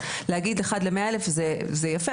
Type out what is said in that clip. להגיד 1 ל- 100 אלף זה יפה,